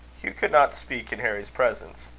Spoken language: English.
hugh could not speak in harry's presence.